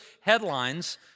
headlines